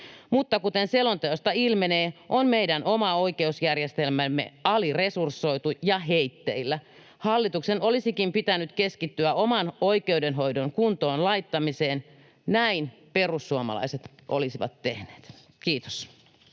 mutta kuten selonteosta ilmenee, on meidän oma oikeusjärjestelmämme aliresursoitu ja heitteillä. Hallituksen olisikin pitänyt keskittyä oman oikeudenhoidon kuntoon laittamiseen, näin perussuomalaiset olisivat tehneet. — Kiitos.